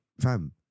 fam